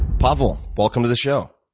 pavel, welcome to the show.